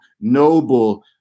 noble